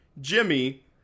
Jimmy